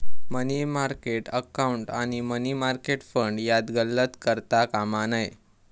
मनी market account आणि money market fund यात गल्लत करता कामा नये